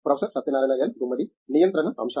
professor Satyanarayana N Gummadi నియంత్రణ అంశాలు